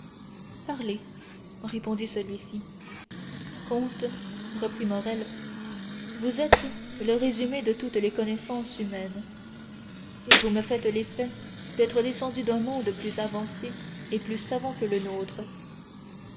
parlez répondit celui-ci comte reprit morrel vous êtes le résumé de toutes les connaissances humaines et vous me faites l'effet d'être descendu d'un monde plus avancé et plus savant que le nôtre